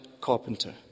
carpenter